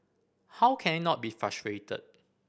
how can I not be frustrated